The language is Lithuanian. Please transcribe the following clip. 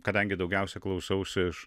kadangi daugiausiai klausausi iš